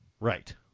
Right